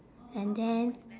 and then